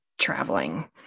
traveling